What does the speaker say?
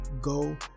go